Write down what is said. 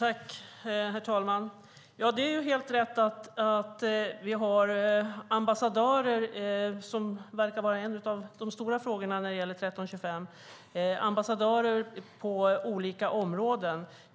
Herr talman! Det är helt rätt att vi har ambassadörer - som verkar vara en av de stora frågorna när det gäller resolution 1325 - på olika områden.